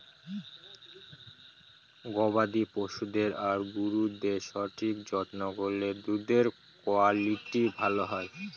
গবাদি পশুদের আর গরুদের সঠিক যত্ন করলে দুধের কুয়ালিটি ভালো হয়